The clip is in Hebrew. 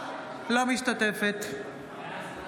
אינה משתתפת בהצבעה